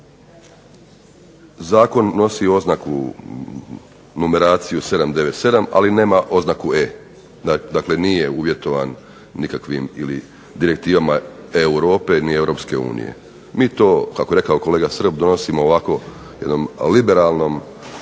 Zakon nosi oznaku numeraciju 797. ali nema oznaku E. Dakle, nije uvjetovan nikakvim ili direktivama Europe ni Europske unije. Mi to, kako je rekao kolega Srb donosimo ovako jednom liberalnom